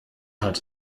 hat